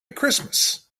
christmas